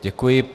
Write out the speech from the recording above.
Děkuji.